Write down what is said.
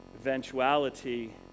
eventuality